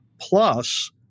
plus